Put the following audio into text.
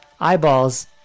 eyeballs